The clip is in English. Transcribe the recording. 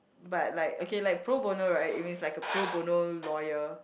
but like okay like pro bono right it means like a pro bono lawyer